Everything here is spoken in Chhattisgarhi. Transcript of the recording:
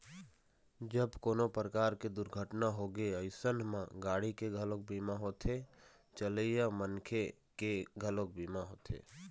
जब कोनो परकार के दुरघटना होगे अइसन म गाड़ी के घलोक बीमा होथे, चलइया मनखे के घलोक बीमा होथे